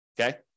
okay